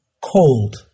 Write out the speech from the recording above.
Cold